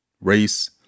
Race